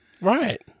Right